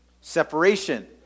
separation